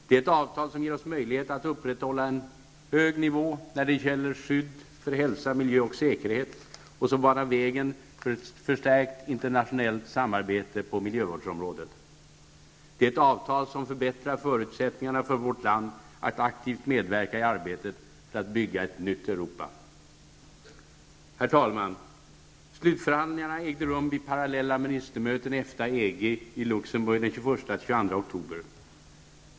Det är ett avtal som ger oss möjlighet att upprätthålla en hög nivå när det gäller skydd för hälsa, miljö och säkerhet och som banar vägen för ett förstärkt internationellt samarbete på miljövårdsområdet. Det är ett avtal som förbättrar förutsättningarna för vårt land att aktivt medverka i arbetet för att bygga ett nytt Europa. Herr talman! Slutförhandlingen ägde rum vid parallella ministermöten EFTA--EG i Luxemburg den 21--22 oktober.